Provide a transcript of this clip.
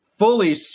fully